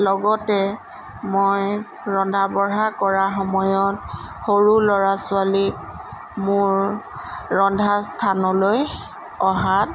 লগতে মই ৰন্ধা বঢ়া কৰা সময়ত সৰু ল'ৰা ছোৱালীক মোৰ ৰন্ধা স্থানলৈ অহাত